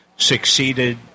Succeeded